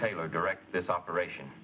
taylor direct this operation